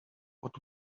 what